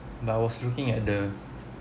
but I was looking at the